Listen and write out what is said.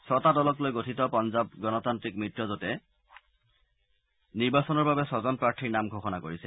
ছটা দলক লৈ গঠিত পাঞ্জাব গণতান্ত্ৰিক মিত্ৰজোঁটে নিৰ্বাচনৰ বাবে ছজন প্ৰাৰ্থীৰ নাম ঘোষণা কৰিছে